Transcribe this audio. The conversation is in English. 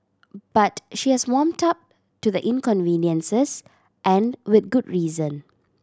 but she has warmed up to the inconveniences and with good reason